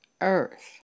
earth